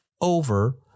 over